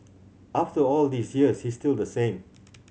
after all these years he's still the same